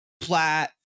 plat